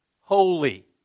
holy